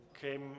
came